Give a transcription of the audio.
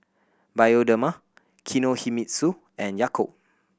Bioderma Kinohimitsu and Yakult